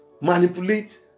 manipulate